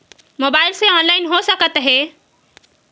Mobile से online हो सकत हे?